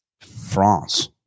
France